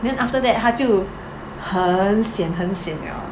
then after that 他就很 sian 很 sian liao